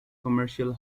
commercial